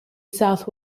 south